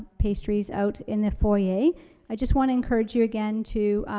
pastries out in the foyer. i just wanna encourage you, again, to,